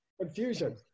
Confusion